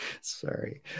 sorry